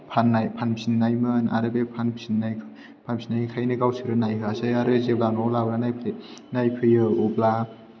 फान्नाय फानफिनायमोन आरो बे फानफिननाय फानफिननायखायनो गावसोर नायहोयासै आरो जेब्ला न'आव लाबोनानै नायफै नायफैयो अब्ला